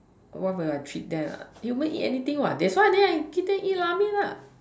what will I treat that ah you make anything what that's why I give them eat Ramen lah